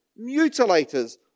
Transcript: mutilators